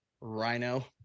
Rhino